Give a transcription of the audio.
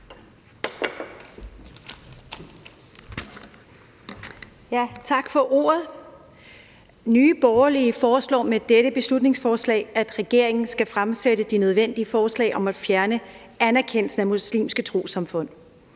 Tak for ordet. Nye Borgerlige foreslår med dette beslutningsforslag, at regeringen skal fremsætte de nødvendige forslag om at fjerne anerkendelsen af muslimske trossamfund.